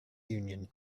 union